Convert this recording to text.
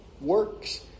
works